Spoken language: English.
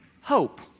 hope